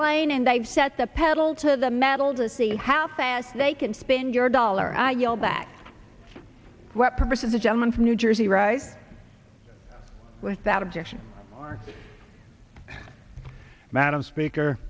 lane and they've set the pedal to the metal to see how fast they can spin your dollar i yell back what purpose of the gentleman from new jersey writes without objection or madam speaker